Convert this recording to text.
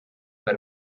per